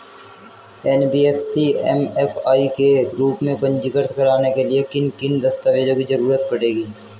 NBFC MFI के रूप में पंजीकृत कराने के लिए किन किन दस्तावेजों की जरूरत पड़ेगी?